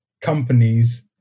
companies